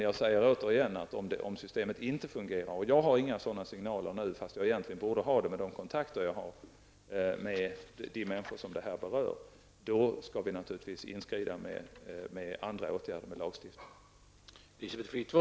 Jag säger återigen att om det visar sig att systemet inte fungerar -- jag har inte fått några signaler nu, fastän jag borde ha fått det med tanke på de kontakter jag har med de människor som det här berör -- skall vi naturligtvis inskrida med andra åtgärder, med lagstiftning.